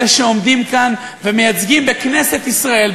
אלה שעומדים כאן ומייצגים בכנסת ישראל,